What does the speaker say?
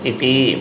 Iti